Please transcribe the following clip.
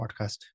Podcast